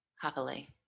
happily